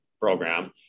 program